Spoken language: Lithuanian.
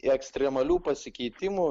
ekstremalių pasikeitimų